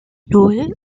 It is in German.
nan